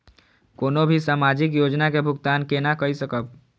कोनो भी सामाजिक योजना के भुगतान केना कई सकब?